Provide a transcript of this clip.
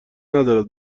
ندارد